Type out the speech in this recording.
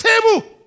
table